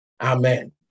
Amen